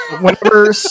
whenever